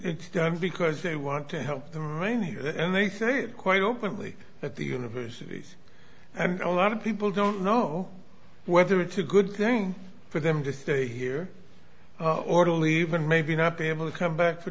it's done because they want to help the rain here and they said quite openly that the universities and a lot of people don't know whether it's a good thing for them to stay here or to leave and maybe not be able to come back for